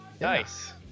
Nice